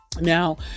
Now